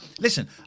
listen